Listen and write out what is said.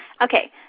Okay